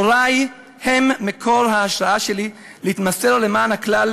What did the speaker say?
הורי הם מקור ההשראה שלי להתמסר למען הכלל,